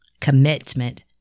commitment